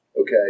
okay